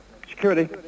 Security